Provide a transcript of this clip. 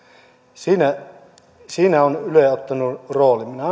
siinä siinä on yle ottanut roolin minä